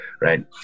right